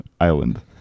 island